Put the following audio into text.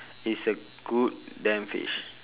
it's a good damn fish